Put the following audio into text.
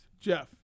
Jeff